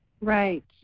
Right